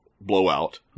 Blowout